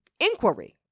inquiry